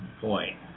point